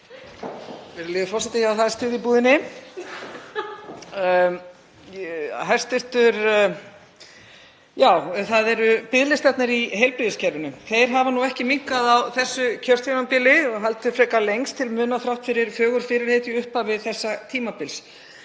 Það eru biðlistarnir í heilbrigðiskerfinu. Þeir hafa ekki minnkað á þessu kjörtímabili, heldur hafa þeir lengst til muna þrátt fyrir fögur fyrirheit í upphafi þessa tímabils.